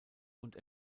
und